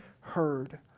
heard